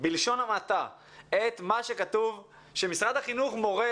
בלשון המעטה את מה שכתוב שמשרד החינוך מורה,